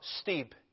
steep